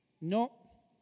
No